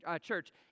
Church